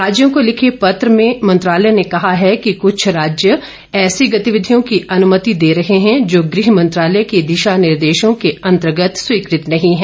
राज्यों को लिखे पत्र में मंत्रालय ने कहा है कि कुछ राज्य ऐसी गतिविधियों की अनुमति दे रहे हैं जो गृह मंत्रालय के दिशा निर्देशों के अंतर्गत स्वीकृत नहीं है